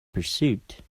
pursuit